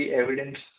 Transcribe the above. evidence